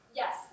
yes